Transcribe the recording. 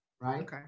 right